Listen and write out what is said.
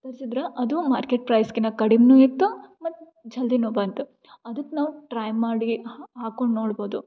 ತರ್ಸಿದ್ರೆ ಅದು ಮಾರ್ಕೆಟ್ ಪ್ರೈಸ್ಗಿನ್ನ ಕಡಿಮೆ ಇತ್ತು ಮತ್ತು ಜಲ್ದಿ ಬಂತು ಅದಕ್ಕೆ ನಾವು ಟ್ರೈ ಮಾಡಿ ಹಾಕೊಂಡು ನೋಡ್ಬೋದು